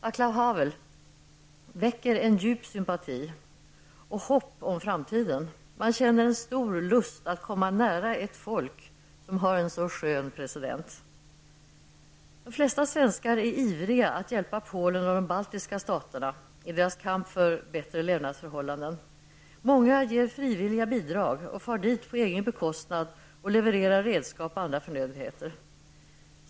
Vaclav Havel väcker en djup sympati och hopp om framtiden. Man känner en stor lust att komma nära ett folk som har en så skön president. De flesta svenskar är ivriga att hjälpa Polen och de baltiska staterna i deras kamp för bättre levnadsförhållanden. Många ger frivilliga bidrag och far dit på egen bekostnad och levererar redskap och andra förnödenheter.